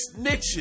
snitching